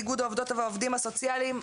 איגוד העובדות והעובדים הסוציאליים,